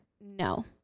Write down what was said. no